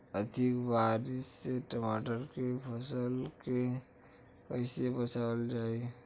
अधिक बारिश से टमाटर के फसल के कइसे बचावल जाई?